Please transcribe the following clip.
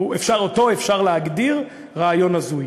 אותו אפשר להגדיר רעיון הזוי.